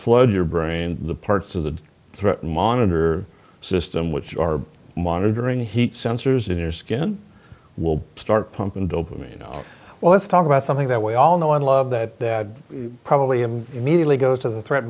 flood your brain the parts of the threatened monitor system which are monitoring heat sensors in your skin will start pumping dope me you know well let's talk about something that we all know and love that that probably and immediately goes to the threat